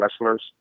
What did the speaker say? wrestlers